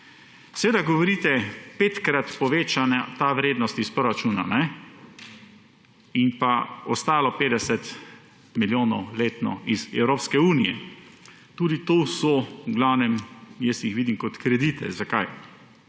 Seveda govorite, petkrat povečana ta vrednost iz proračuna in pa ostalo 50 milijonov letno iz Evropske unije, tudi to so v glavnem, jaz jih vidim kot kredite. Zakaj?